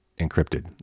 encrypted